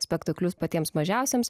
spektaklius patiems mažiausiems